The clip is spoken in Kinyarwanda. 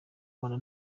rwanda